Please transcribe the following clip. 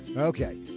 okay.